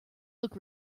look